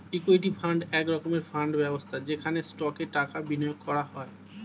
equity fund এক রকমের fund ব্যবস্থা যেখানে স্টকে টাকা বিনিয়োগ করা হয়